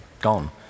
gone